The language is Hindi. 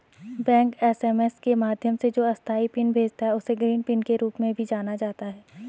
बैंक एस.एम.एस के माध्यम से जो अस्थायी पिन भेजता है, उसे ग्रीन पिन के रूप में भी जाना जाता है